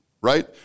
right